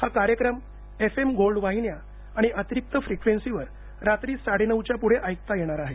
हा कार्यक्रम FM gold वाहिन्या आणि अतिरिक्तफ्रिक्वेन्सीवर रात्री साडे नऊच्या पुढे ऐकता येणार आहेत